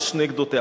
על שתי גדותיה.